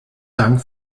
dank